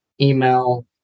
email